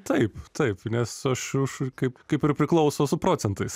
taip taip nes aš ir kaip kaip ir priklauso su procentais